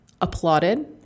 applauded